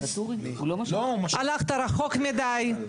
הלכת רחוק מדי,